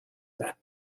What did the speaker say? that